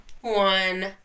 one